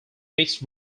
mixed